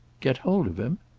get hold of him?